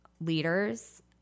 leaders